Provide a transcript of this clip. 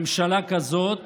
ממשלה כזאת